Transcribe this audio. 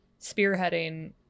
spearheading